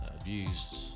abused